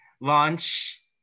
launch